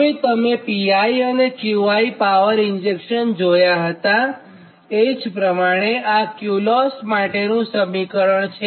અને તમે Pi અને Qi પાવર ઇન્જેક્શન જોયા હતાં એ જ પ્રમાણે આ Qloss માટેનું સમીકરણ છે